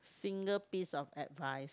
single piece of advice